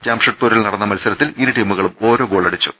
ജംഷ ഡ്പൂരിൽ നടന്ന മത്സരത്തിൽ ഇരു ടീമുകളും ഓരോ ഗോളടിച്ചു